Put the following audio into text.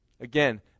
Again